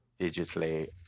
digitally